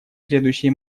следующие